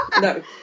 No